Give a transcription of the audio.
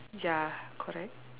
ya correct